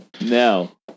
no